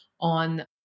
on